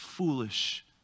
Foolish